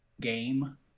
game